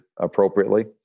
appropriately